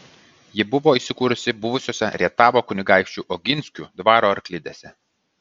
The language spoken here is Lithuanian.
ji buvo įsikūrusi buvusiose rietavo kunigaikščių oginskių dvaro arklidėse